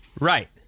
Right